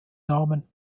namen